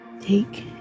Take